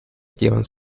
llevan